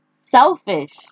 selfish